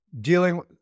dealing